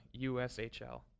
USHL